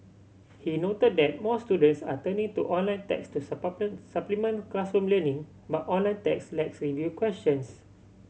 he noted that more students are turning to online text to supplement classroom learning but online text lacks review questions